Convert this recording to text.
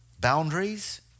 boundaries